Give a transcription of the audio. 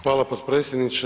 Hvala potpredsjedniče.